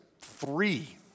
three